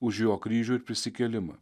už jo kryžių ir prisikėlimą